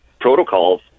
protocols